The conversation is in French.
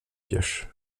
pioche